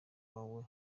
wawe